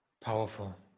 Powerful